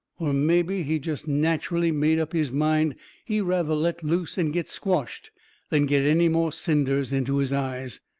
or mebby he jest natcherally made up his mind he rather let loose and get squashed then get any more cinders into his eyes.